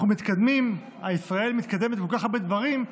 אנחנו מתקדמים, ישראל מתקדמת בכל כך הרבה דברים,